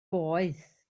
boeth